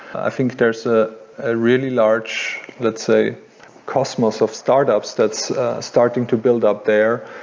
i think there's ah a really large, let's say cosmos of startups that's starting to build up there.